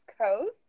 Coast